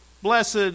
Blessed